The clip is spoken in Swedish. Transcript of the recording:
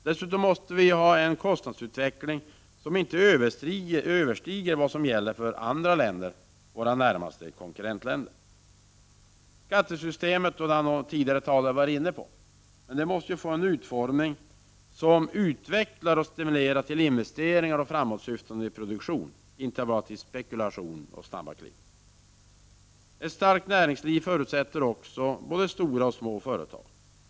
Dessutom måste vi ha en kostnadsutveckling som inte överstiger vad som gäller i våra närmaste konkurrentländer. Skattesystemet, som någon tidigare talare var inne på, måste få en utformning som utvecklar och stimulerar till investeringar och en framåtsyftande produktion, inte bara till spekulation och snabba klipp. Ett starkt näringsliv förutsätter både stora och små företz2.